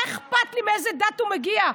מה אכפת לי מאיזו דת הוא מגיע?